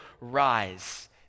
Rise